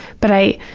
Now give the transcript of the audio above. but i,